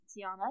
Tiana